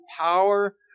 power